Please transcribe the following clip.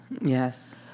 Yes